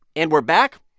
and we're back.